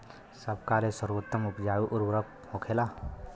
सबका ले सर्वोत्तम उपजाऊ उर्वरक कवन होखेला?